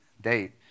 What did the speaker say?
date